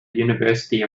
university